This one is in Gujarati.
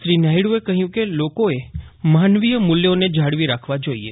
શ્રી નાયડુએ કહ્યું કે લોકોએ માનવીય મૂલ્યોને જાળવી રાખવા જોઇએ